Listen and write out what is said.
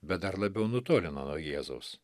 bet dar labiau nutolina nuo jėzaus